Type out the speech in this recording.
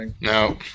No